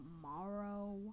tomorrow